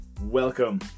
welcome